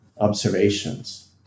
observations